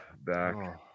back